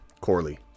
Corley